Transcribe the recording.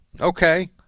Okay